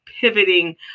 pivoting